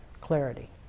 clarity